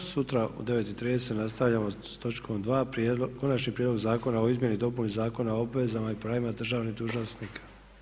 Sutra u 9,30 nastavljamo s točkom 2. Konačni prijedlog zakona o izmjeni i dopuni Zakona o obvezama i pravima državnih dužnosnika.